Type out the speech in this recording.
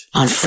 on